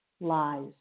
lies